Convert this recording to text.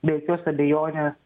be jokios abejonės